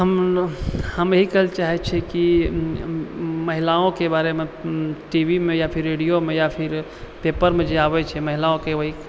हम ई कहै चाहै छियै की महिलाओंके बारेमे टी वी मे या फेर रेडियोमे या फिर पेपरमे जे आबै छै महिलाओंके वही